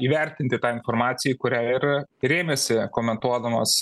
įvertinti tą informaciją į kurią ir rėmėsi komentuodamas